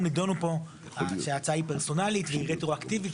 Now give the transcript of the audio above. נדונו פה: שההצעה היא פרסונלית והיא רטרואקטיבית,